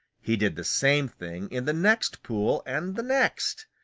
he did the same thing in the next pool and the next.